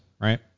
right